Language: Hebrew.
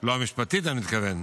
לא המשפטית, אני מתכוון.